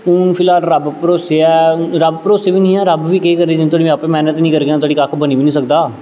हून फिलहाल रब्ब भरोसे ऐ हून रब्ब भरोसे बी निं ऐ रब्ब बी केह् करै जिन्नै चिर तक में आपूं मैह्नत निं करगा उन्ने तगर कक्ख बनी बी निं सकदा